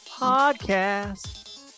podcast